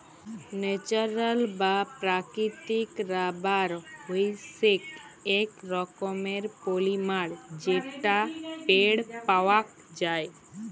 natural বা প্রাকৃতিক rubber হইসেক এক রকমের পলিমার যেটা পেড় পাওয়াক যায়